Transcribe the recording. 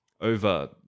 over